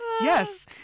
Yes